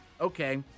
Okay